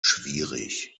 schwierig